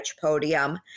podium